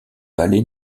palais